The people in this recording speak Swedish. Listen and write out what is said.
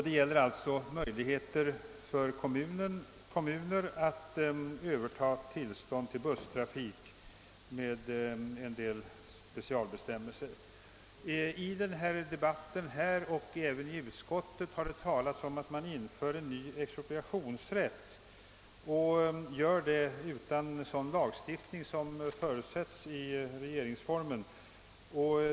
Det gäller alltså möjlighet för kommuner att överta tillstånd till busstrafik med en del specialbestämmelser. I denna debatt och även i utskottet har talats om att man inför en ny expropriationsrätt utan sådan lagstiftning som förutsätts i regeringsformen.